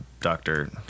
Doctor